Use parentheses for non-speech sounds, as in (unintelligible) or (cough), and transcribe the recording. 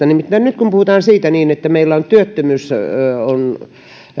(unintelligible) nimittäin nyt puhutaan siitä että meillä työttömyys on